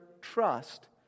trust